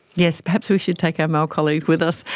yes, perhaps we should take our male colleagues with us,